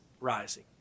rising